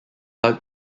dug